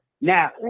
Now